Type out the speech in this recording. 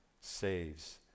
saves